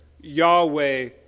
Yahweh